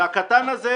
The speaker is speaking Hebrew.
והקטן הזה,